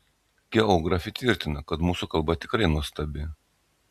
geografė tvirtina kad mūsų kalba tikrai nuostabi